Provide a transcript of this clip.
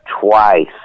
twice